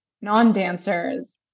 non-dancers